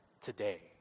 today